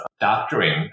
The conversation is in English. doctoring